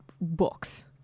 books